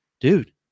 dude